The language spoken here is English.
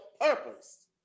purpose